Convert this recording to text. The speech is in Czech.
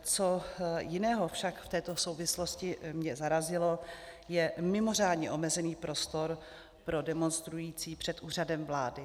Co jiného však v této souvislosti mě zarazilo, je mimořádně omezený prostor pro demonstrující před Úřadem vlády.